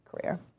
career